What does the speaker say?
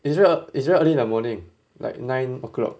is rig~ is right early in the morning like nine o'clock